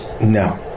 No